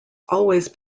always